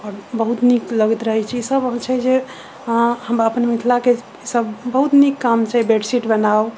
आओर बहुत नीक लगैत रहैत छै ई सब छै जे हमरा अपन मिथिलाके सब बहुत नीक काम छै बेडशीट बनाउ